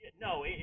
no